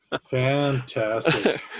Fantastic